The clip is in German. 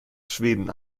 schweden